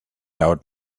out